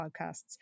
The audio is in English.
podcasts